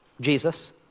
Jesus